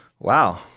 Wow